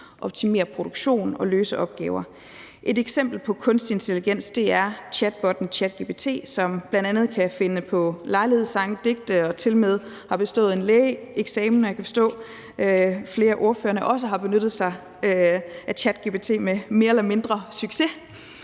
optimere produktion og løse opgaver. Et eksempel på kunstig intelligens er chatbotten ChatGPT, som bl.a. kan finde på lejlighedssange og digte og tilmed har bestået en lægeeksamen, og jeg kan forstå, at flere af ordførerne også har benyttet sig af ChatGPT med mere eller mindre succes.